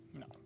No